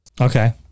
Okay